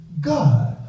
God